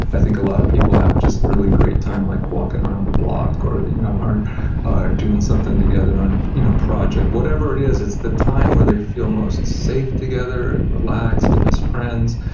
i think a lot of people have just really great time like walking around the block, or you know or doing something together on a you know project. whatever it is, it's the time where they feel most safe together, and relaxed, and as friends,